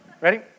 ready